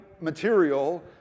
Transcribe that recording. material